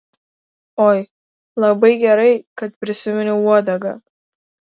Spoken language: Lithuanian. oi labai gerai kad prisiminiau uodegą